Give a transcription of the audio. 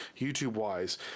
YouTube-wise